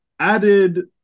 added